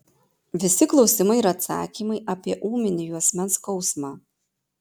visi klausimai ir atsakymai apie ūminį juosmens skausmą